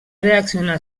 reaccionar